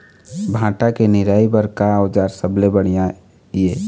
भांटा के निराई बर का औजार सबले बढ़िया ये?